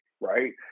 right